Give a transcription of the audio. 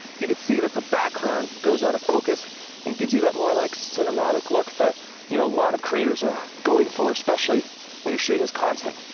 you can see that the background goes outta focus and gives you that more like cinematic look that you know a lot of creators are going for, especially when you're shooting this content.